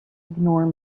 ignore